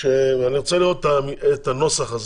אני רוצה לראות את הנוסח הזה,